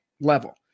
level